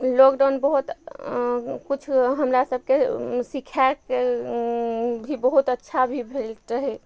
lockdown बहुत किछु हमरा सबके सिखयके भी बहुत अच्छा भी भेल रहय